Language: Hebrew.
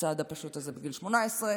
הצעד הפשוט הזה בגיל 18,